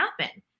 happen